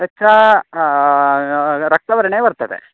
तच्च रक्तवर्णे वर्तते